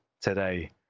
today